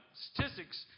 statistics